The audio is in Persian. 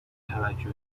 توجه